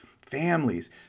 families